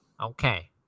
Okay